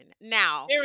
Now